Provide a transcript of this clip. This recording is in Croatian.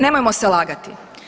Nemojmo se lagati.